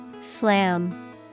Slam